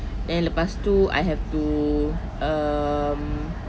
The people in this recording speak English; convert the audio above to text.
then lepas tu I have to um